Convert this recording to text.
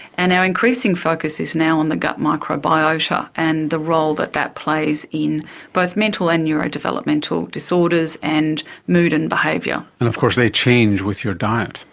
and our increasing focus is now on the gut microbiota and the role that that plays in both mental and neurodevelopmental disorders and mood and behaviour. and of course they change with your diet.